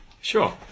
Sure